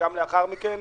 גם לאחר מכן,